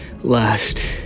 last